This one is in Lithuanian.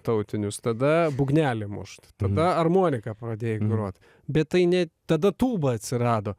tautinius tada būgnelį mušt tada armonika pradėjai grot bet tai ne tada tūba atsirado